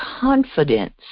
confidence